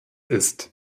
ist